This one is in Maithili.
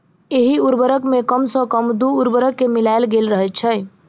एहि उर्वरक मे कम सॅ कम दू उर्वरक के मिलायल गेल रहैत छै